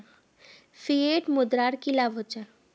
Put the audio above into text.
Fiat मुद्रार की लाभ होचे?